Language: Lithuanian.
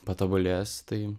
patobulės tai